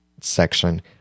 section